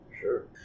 Sure